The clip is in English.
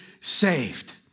saved